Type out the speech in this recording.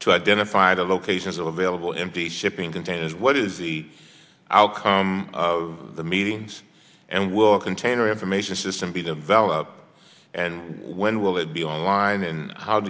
to identify the locations of available empty shipping containers what is the outcome of the meetings and will container information system be developed and when will it be online and how do